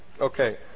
Okay